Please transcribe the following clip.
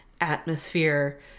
atmosphere